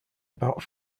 about